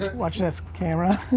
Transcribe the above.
watch this. camera.